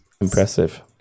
Impressive